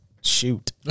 Shoot